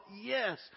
yes